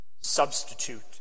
substitute